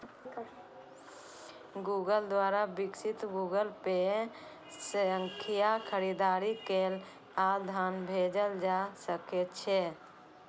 Google द्वारा विकसित Google Pay सं खरीदारी कैल आ धन भेजल जा सकै छै